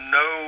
no